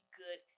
good